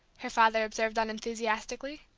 her father observed unenthusiastically.